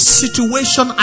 situation